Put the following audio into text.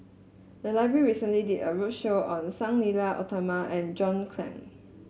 the library recently did a roadshow on Sang Nila Utama and John Clang